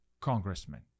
congressman